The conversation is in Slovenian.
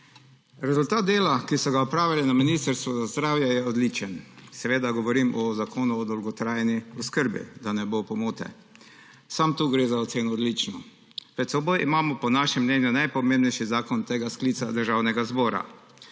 Rezultat dela, ki so ga opravili na Ministrstvu za zdravje, je odličen – seveda govorim o zakonu o dolgotrajni oskrbi, da ne bo pomote. Samo tu gre za oceno odlično. Pred seboj imamo, po našem mnenju, najpomembnejši zakon tega sklica Državnega zbora.